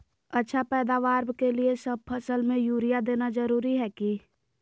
अच्छा पैदावार के लिए सब फसल में यूरिया देना जरुरी है की?